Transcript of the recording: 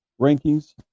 rankings